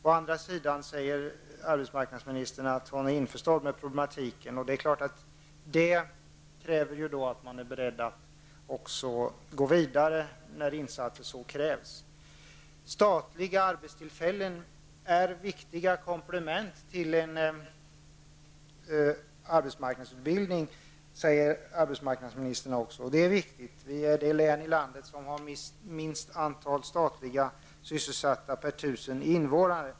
Å andra sidan säger arbetsmarknadsministern att hon inser problematiken. Det kräver att man är beredd att gå vidare med ytterligare insatser. Statliga arbetstillfällen är viktiga komplement till en arbetsmarknadsutbildning, säger arbetsmarknadsministern också, och det är riktigt. Kalmar län är det län i landet som har minst antal statligt sysselsatta per tusen invånare.